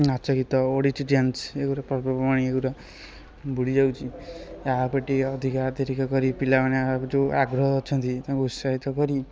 ନାଚ ଗୀତ ଓଡ଼ିଶୀ ଡ୍ୟାନ୍ସ ଏଗୁରା ପର୍ବପର୍ବାଣି ଏଗୁରା ବୁଡ଼ିଯାଉଛି ଆ ଉପରେ ଟିକିଏ ଅଧିକା ଅଧିରିକ କରି ପିଲାମାନେ ଆଉ ଯେଉଁ ଆଗ୍ରହ ଅଛନ୍ତି ତାଙ୍କୁ ଉତ୍ସାହିତ କରି